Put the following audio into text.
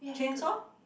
chainsaw